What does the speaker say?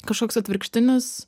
kažkoks atvirkštinis